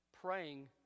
praying